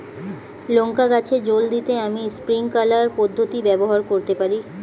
লঙ্কা গাছে জল দিতে আমি স্প্রিংকলার পদ্ধতি ব্যবহার করতে পারি?